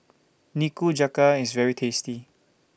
Nikujaga IS very tasty